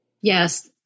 yes